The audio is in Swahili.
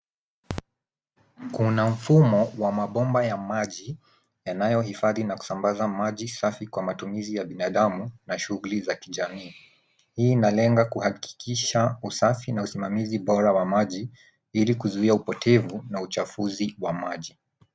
Kuna mfumo wa mabomba ya maji yanayohifadhi na kusambaza maji safi kwa matumizi ya binadamu na shughuli za kijamii. Hii inalenga kuhakikisha usafi na usimamizi bora wa maji ili kuzuia upotevu na uchafuzi wa maji.